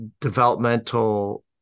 developmental